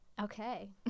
Okay